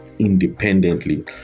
Independently